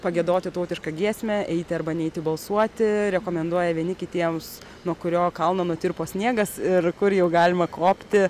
pagiedoti tautišką giesmę eiti arba neiti balsuoti rekomenduoja vieni kitiems nuo kurio kalno nutirpo sniegas ir kur jau galima kopti